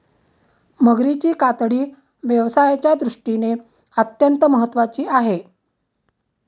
मगरीची कातडी व्यवसायाच्या दृष्टीने अत्यंत महत्त्वाची आहे